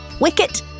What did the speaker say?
Wicket